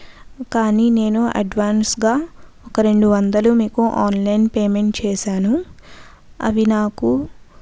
కానీ నేను అడ్వాన్సుగా ఒక రెండు వందలు మీకు ఆన్లైన్ పేమెంట్ చేశాను అవి నాకు